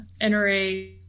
NRA